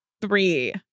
three